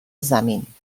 زمین